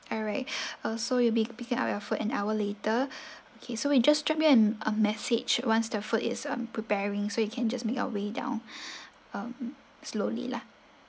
alright uh so you'll be picking up your food an hour later okay so we just drop you an a message once the food is um preparing so you can just make your way down um slowly lah